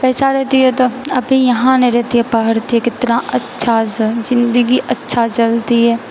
पैसा रैहतियै तऽ अभी यहाँ नहि रहतिऐ पढ़तिए कितना अच्छासँ जिन्दगी अच्छा चलतिऐ